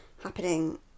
happening